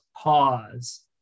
pause